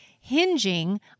hinging